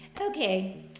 Okay